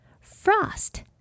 Frost